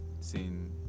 seen